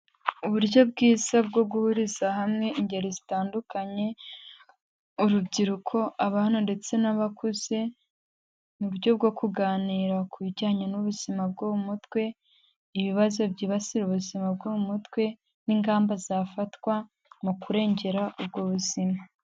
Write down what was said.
Uburyo bwiza bwo guhuriza hamwe ingeri zitandukanye, urubyiruko, abana ndetse n'abakuze, mu buryo bwo kuganira ku bijyanye n'ubuzima bwo mutwe, ibibazo byibasira ubuzima bwo mu mutwe n'ingamba zafatwa mu kurengera ubwo buzima.